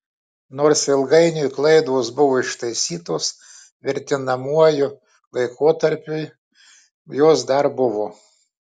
nors ilgainiui klaidos buvo ištaisytos vertinamuoju laikotarpiui jos dar buvo